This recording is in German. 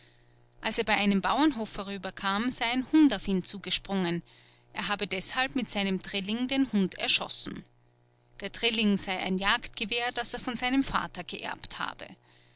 als er bei einem bauernhof vorüberkam sei ein hund auf ihn zugesprungen er habe deshalb mit seinem drilling den hund erschossen der drilling sei ein jagdgewehr das er von seinem vater geerbt habe